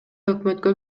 өкмөткө